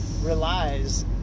relies